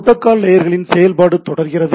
protocol லேயர்களின் செயல்பாடு தொடர்கிறது